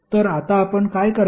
तर आता आपण काय करावे